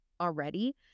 already